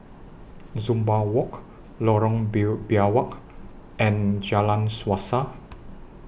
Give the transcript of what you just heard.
Dunbar Walk Lorong Biawak and Jalan Suasa